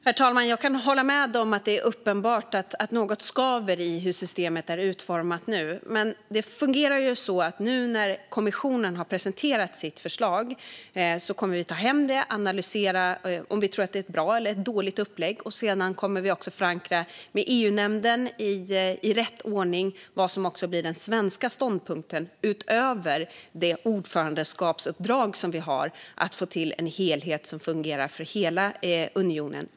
Herr talman! Jag kan hålla med om att det är uppenbart att något skaver i hur systemet nu är utformat. Nu när kommissionen har presenterat sitt förslag kommer vi att ta hem och analysera det för att se om det är ett bra eller dåligt upplägg. Sedan kommer vi i rätt ordning att förankra i EU-nämnden vad som blir den svenska ståndpunkten utöver det ordförandeskapsuppdrag som vi har att få till en helhet som fungerar för hela unionen.